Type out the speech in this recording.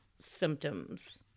symptoms